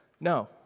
no